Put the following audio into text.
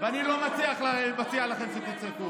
ואני לא מציע לכם לצעוק.